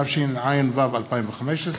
התשע"ו 2015,